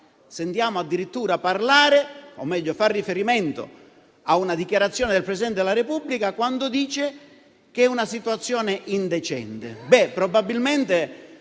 sentiamo addirittura parlare o meglio far riferimento a una dichiarazione del Presidente della Repubblica quando dice che è una situazione indecente.